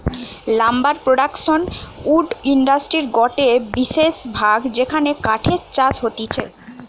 lumber production wood ইন্ডাস্ট্রির গটে বিশেষ ভাগ যেখানে কাঠের চাষ হতিছে